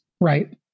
Right